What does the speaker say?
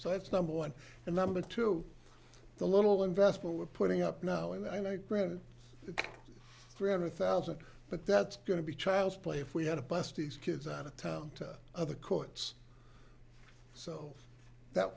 so that's number one and number two the little investment we're putting up now and i granted it three hundred thousand but that's going to be child's play if we had a bus these kids out of town to other courts so that